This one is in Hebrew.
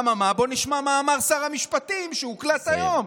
אממה, בוא נשמע מה אמר שר המשפטים, שהוקלט היום.